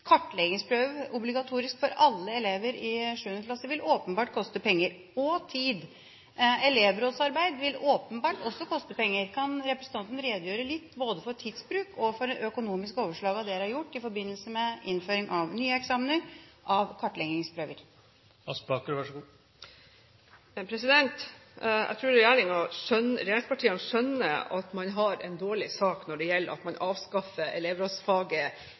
obligatorisk for alle elever i 7. klasse, vil åpenbart koste penger og tid. Elevrådsarbeid vil åpenbart også koste penger. Kan representanten redegjøre litt for både tidsbruk og de økonomiske overslagene dere har gjort i forbindelse med innføring av nye eksamener og kartleggingsprøver? Jeg tror regjeringspartiene skjønner at man har en dårlig sak når det gjelder at man avskaffer